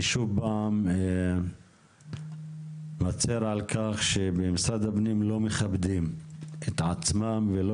אני שוב פעם מצר על כך שבמשרד הפנים לא מכבדים את עצמם ולא